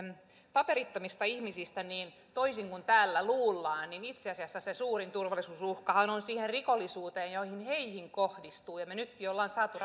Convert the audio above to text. paperittomista ihmisistä niin toisin kuin täällä luullaan itse asiassa se suurin turvallisuusuhkahan liittyy siihen rikollisuuteen joka heihin kohdistuu me nytkin olemme saaneet